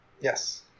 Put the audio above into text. yes